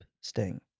sting